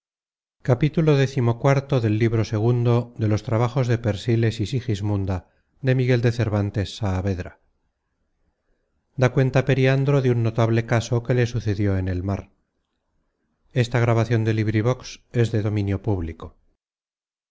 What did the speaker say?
peligro viii da cuenta periandro de un notable caso que le sucedió en el mar